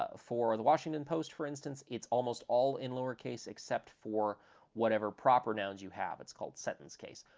ah for the washington post, for instance, it's almost all in lowercase except for whatever proper nouns you have. it's called sentence case.